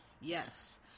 Yes